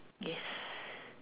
yes